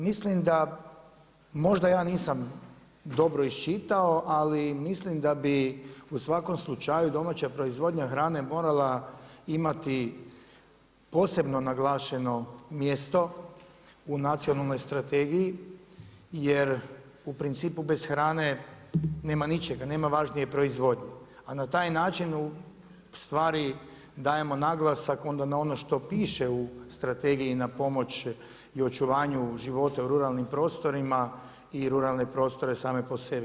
Mislim da možda ja nisam dobro iščitao, ali mislim da bi u svakom slučaju domaća proizvodnja hrane morala imati posebno naglašeno mjesto u nacionalnoj strategiji jer u principu bez hrane nema ničega, nema važnije proizvodnje, a na taj način dajemo naglasak na ono što piše u strategiji na pomoć i očuvanju života u ruralnim prostorima i ruralne prostore same po sebi.